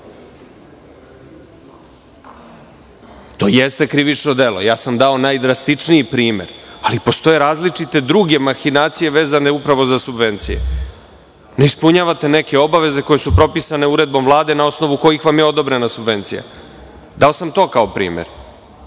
To jeste krivično delo. Ja sam dao najdrastičniji primer, ali postoje različite druge mahinacije vezane upravo za subvencije. Ne ispunjavate neke obaveze koje su propisane uredbom Vlade, na osnovu kojih vam je odobrena subvencija. Dao sam to kao primer. Evo,